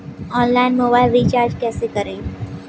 Online mobile recharge कैसे करें?